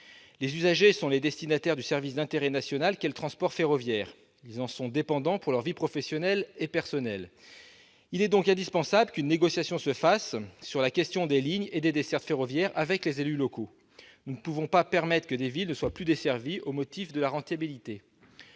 Les usagers sont les destinataires du service d'intérêt national qu'est le transport ferroviaire. Ils en sont dépendants pour leur vie professionnelle et personnelle. Il est donc indispensable qu'une négociation s'effectue sur la question des lignes et des dessertes ferroviaires avec les élus locaux. Nous ne pouvons permettre que des villes ne soient plus desservies au motif de la rentabilité.